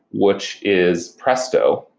which is presto.